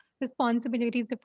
responsibilities